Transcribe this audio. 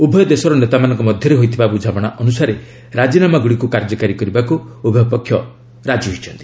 ଉଭୟ ଦେଶର ନେତାମାନଙ୍କ ମଧ୍ୟରେ ହୋଇଥିବା ବୁଝାମଣା ଅନୁସାରେ ରାଜିନାମାଗୁଡ଼ିକୁ କାର୍ଯ୍ୟକାରୀ କରିବାକୁ ଉଭୟପକ୍ଷ ରାଜି ହୋଇଛନ୍ତି